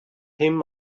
him